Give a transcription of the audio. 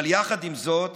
אבל יחד עם זאת